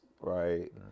right